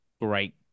great